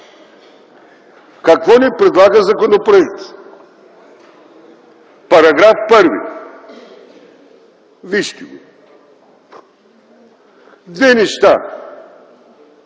какво ни предлага законопроектът?! Параграф 1. Вижте го – две неща.